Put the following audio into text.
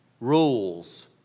rules